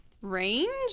Range